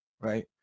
right